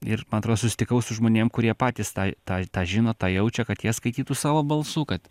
ir man atrodo susitikau su žmonėm kurie patys tą tą tą žino tą jaučia kad jie skaitytų savo balsu kad